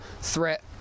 threat